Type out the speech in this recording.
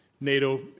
NATO